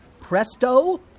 Presto